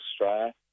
Australia